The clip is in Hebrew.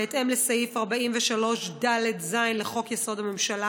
בהתאם לסעיף 43ד(ז) לחוק-יסוד: הממשלה